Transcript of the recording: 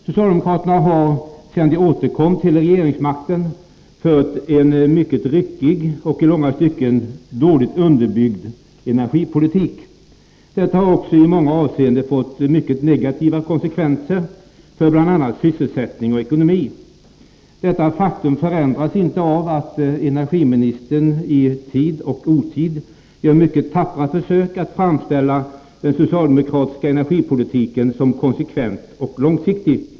Socialdemokraterna har sedan de återkom till regeringsmakten fört en mycket ryckig och i långa stycken dåligt underbyggd energipolitik. Det har också i många avseenden fått mycket negativa konsekvenser för bl.a. sysselsättning och ekonomi. Detta faktum förändras inte av att energiministern i tid och otid gör mycket tappra försök att framställa den socialdemokratiska energipolitiken som konsekvent och långsiktig.